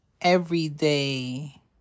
everyday